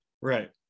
Right